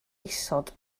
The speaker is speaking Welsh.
isod